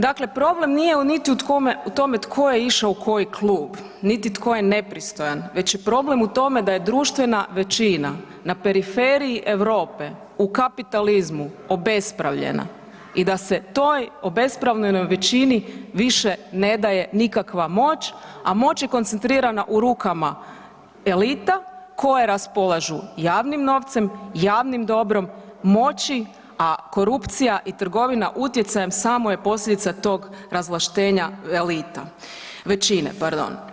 Dakle, problem nije niti u tome tko je išao u koji klub, niti tko je nepristojan već je problem u tome da je društvena većina na periferiji Europe u kapitalizmu obespravljena i da se toj obespravljenoj većini više ne daje nikakva moć, a moć je koncentrirana u rukama elita koje raspolažu javnim novcem, javnim dobrom moći, a korupcija i trgovina utjecajem samo je posljedica tog razvlaštenja elita, većine pardon.